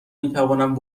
میتوانم